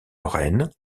lorraine